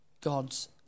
God's